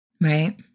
Right